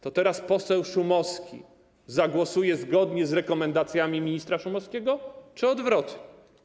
To czy teraz poseł Szumowski zagłosuje zgodnie z rekomendacjami ministra Szumowskiego, czy odwrotnie?